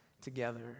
together